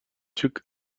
took